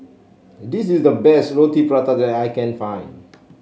this is the best Roti Prata that I can find